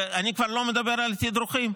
ואני כבר לא מדבר על תדרוכים,